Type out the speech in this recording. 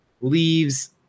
leaves